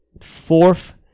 Fourth